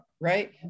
right